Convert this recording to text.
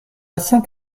cinq